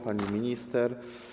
Pani Minister!